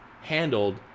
handled